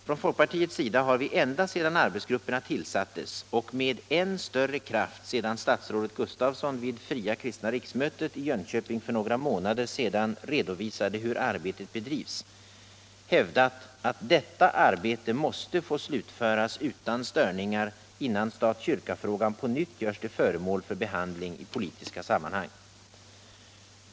Från folkpartiets sida har vi ända sedan arbetsgrupperna tillsattes — och med än större kraft sedan statsrådet Gustafsson vid Fria kristna riksmötet i Jönköping för några månader sedan redovisade hur arbetet bedrivs — hävdat att detta arbete måste få slutföras utan störningar innan stat-kyrka-frågan på nytt görs till föremål för behandling i politiska sammanhang.